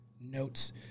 notes